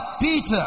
Peter